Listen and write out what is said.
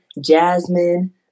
Jasmine